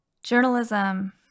Journalism